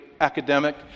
academic